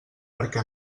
perquè